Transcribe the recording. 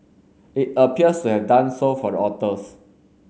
it appears to have done so for the authors